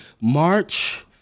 March